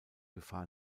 gefahr